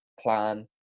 plan